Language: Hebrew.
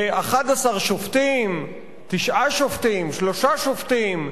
11 שופטים, תשעה שופטים, שלושה שופטים,